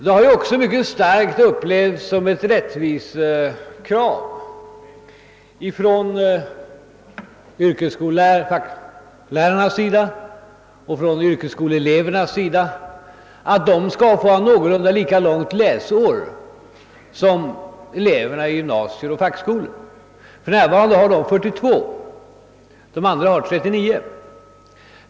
Det har ju också starkt upplevts som ett rättvisekrav från yrkesskoleoch facklärarnas sida och från yrkesskoleelevernas sida att de skall ha ett i stort sett lika långt läsår som det som gäller för gymnasier och fackskolor. För närvarande har de 42 veckors läsår, medan de andra har 39 veckors läsår.